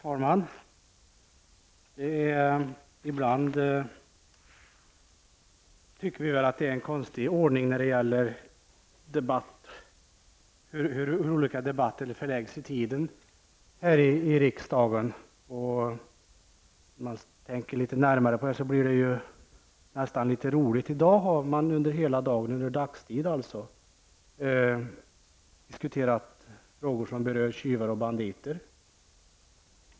Herr talman! Ibland tycker vi att det är en konstig ordning för hur olika debatter förläggs i tiden här i riksdagen. Om man tänker litet närmare på det, blir det nästan roligt att man i dag hela dagen under dagtid har diskuterat frågor som rör tjuvar och banditer.